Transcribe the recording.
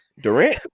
Durant